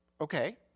okay